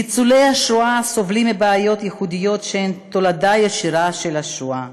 ניצולי השואה סובלים מבעיות ייחודיות שהן תולדה ישירה של השואה,